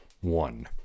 one